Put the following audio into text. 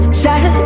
sad